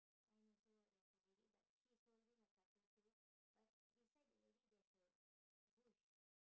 mine also there's a lady but she's holding a cutter too but beside the lady there's a bush